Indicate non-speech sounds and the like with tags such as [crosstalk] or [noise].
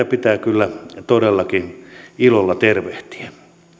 [unintelligible] pitää kyllä todellakin ilolla tervehtiä